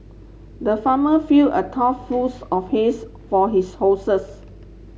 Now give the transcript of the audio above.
the farmer fill a tough fulls of for his horses